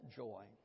joy